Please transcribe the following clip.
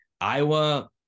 Iowa